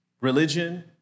Religion